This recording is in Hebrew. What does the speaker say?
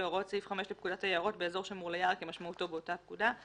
להוראות סעיף 5 לפקודת היערות באזור שמור ליער כמשמעותו באותה הפקודה״;